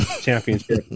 Championship